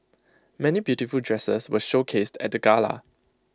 many beautiful dresses were showcased at the gala